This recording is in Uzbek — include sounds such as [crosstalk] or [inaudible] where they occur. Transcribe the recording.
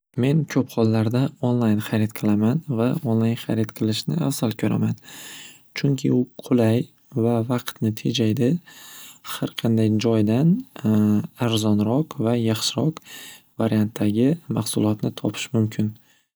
Men ko'p hollarda onlayn xarid qilaman va onlayn xarid qilishni afzal ko'raman chunki u qulay va vaqtni tejaydi xar qanday joydan [hesitation] arzonroq va yaxshiroq variantdagi mahsulotni topish mumkin.